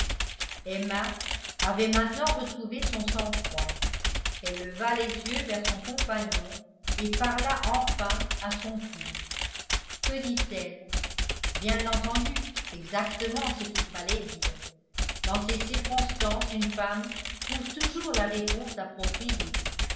emma avait maintenant retrouvé son sang-froid elle leva les yeux vers son compagnon et parla enfin à son tour que dit-elle bien entendu exactement ce qu'il fallait dire dans ces circonstances une femme trouve toujours la réponse appropriée